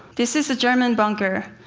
this is a german bunker.